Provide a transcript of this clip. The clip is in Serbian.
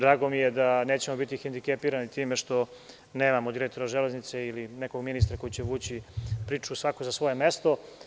Drago mi je da nećemo biti hendikepirani time što nemamo direktora „Železnice“ ili nekog ministra koji će vući priču svako za svoje mesto.